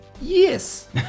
Yes